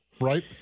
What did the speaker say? Right